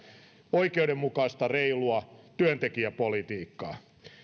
oikeudenmukaista reilua työntekijäpolitiikkaa